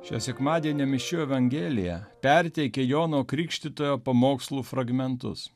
šio sekmadienio mišių evangelija perteikia jono krikštytojo pamokslų fragmentus